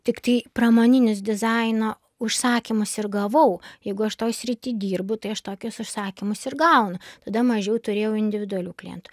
tiktai pramoninius dizaino užsakymus ir gavau jeigu aš toj srity dirbu tai aš tokius užsakymus ir gaunu tada mažiau turėjau individualių klientų